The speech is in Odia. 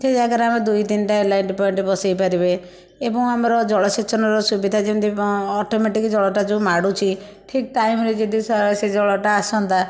ସେ ଜାଗାରେ ଆମେ ଦୁଇ ତିନିଟା ଏଲ୍ ଅଣ୍ଡ୍ ଟି ବସେଇ ପାରିବେ ଏବଂ ଆମର ଜଳସେଚନର ସୁବିଧା ଯେମିତି ଅଟୋମେଟିକ ଜଳଟା ଯେଉଁ ମାଡ଼ୁଛି ଠିକ୍ ଟାଇମରେ ଯଦି ସେ ଜଳଟା ଆସନ୍ତା